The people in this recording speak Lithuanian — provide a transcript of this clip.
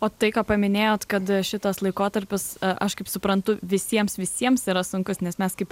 o tai ką paminėjot kad šitas laikotarpis a aš kaip suprantu visiems visiems yra sunkus nes mes kaip